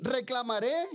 Reclamaré